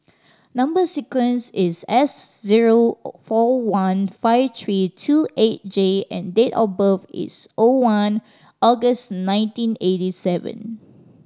number sequence is S zero four one five three two eight J and date of birth is O one August nineteen eighty seven